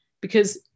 because-